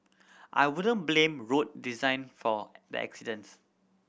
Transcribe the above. I wouldn't blame road design for the accidents